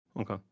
Okay